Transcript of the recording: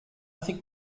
think